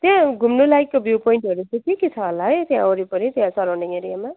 त्यहाँ घुम्नु लायकको भ्यु पोइन्टहरू चाहिँ के के छ होला है त्यहाँ वरिपरि सराउन्डिङ एरियामा